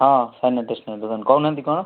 ହଁ ସାନି ଷ୍ଟେସନାରୀ ଦୋକାନରୁ କହୁ ନାହାନ୍ତି କ'ଣ